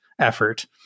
effort